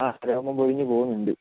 അ രോമം പൊഴിഞ്ഞു പോകുന്നുണ്ട്